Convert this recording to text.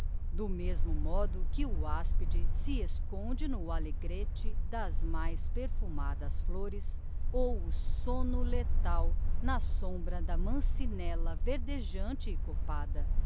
do mesmo modo que o áspide se esconde no alegrete das mais perfumadas flôres ou o somno lethal na sombra da mancinella verdejante e copada